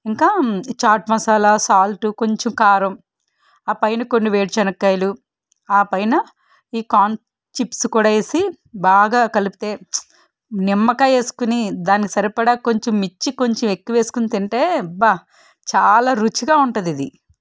ఇంకా చాట్ మసాలా సాల్ట్ కొంచెం కారం ఆ పైన కొన్ని వేరుశనగకాయలు ఆ పైన ఈ కార్న్ చిప్స్ కూడా వేసి బాగా కలిపితే నిమ్మాకాయేసుకొని దానికి సరిపడ కొంచెం మిర్చి కొంచెం ఎక్కువేసుకోని తింటే అబ్బా చాలా రుచిగా ఉంటుందిది